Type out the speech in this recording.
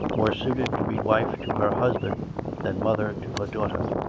more suited to be wife to her husband than mother to her daughter.